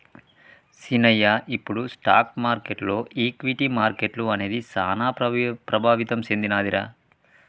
సీనయ్య ఇప్పుడు స్టాక్ మార్కెటులో ఈక్విటీ మార్కెట్లు అనేది సాన ప్రభావితం సెందినదిరా